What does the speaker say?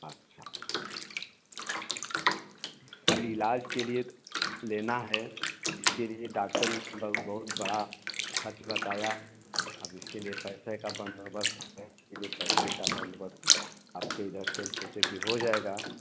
अच्छा हाँ सर इलाज के लिए तो लेना है इसके लिए डाक्टर ने बहुत बड़ा खर्च बताया अब इसके लिए पैसे का बंदोबस्त करें इसके लिए पैसे का बंदोबस्त आपके इधर से हम सोचे कि हो जाएगा